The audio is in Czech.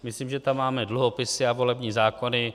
Myslím, že tam máme dluhopisy a volební zákony.